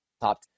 top